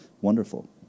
wonderful